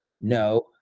No